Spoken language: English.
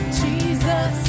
jesus